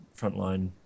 frontline